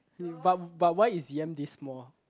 but but why is yam this small